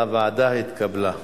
ההסתייגות לא התקבלה.